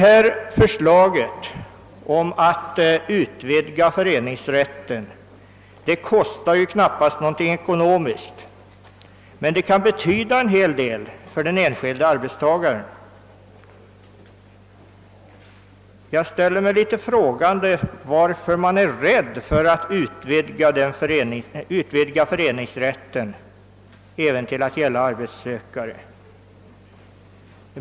Förslaget om att utvidga föreningsrätten kostar ekonomiskt knappast något alls men det kan betyda en hel del för den enskilde arbetstagaren. Jag ställer mig litet frågande till varför man är rädd för att utvidga föreningsrätten även till att gälla arbetssökande.